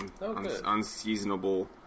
unseasonable